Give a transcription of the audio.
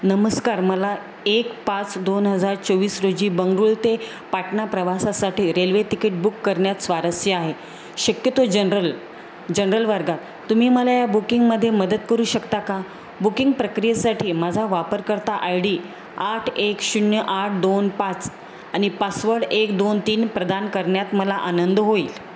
नमस्कार मला एक पाच दोन हजार चोवीस रोजी बंगळुरू ते पाटणा प्रवासासाठी रेल्वे तिकीट बुक करण्यात स्वारस्य आहे शक्यतो जनरल जनरल वर्गात तुम्ही मला या बुकिंगमध्ये मदत करू शकता का बुकिंग प्रक्रियेसाठी माझा वापरकर्ता आय डी आठ एक शून्य आठ दोन पाच आणि पासवर्ड एक दोन तीन प्रदान करण्यात मला आनंद होईल